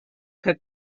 que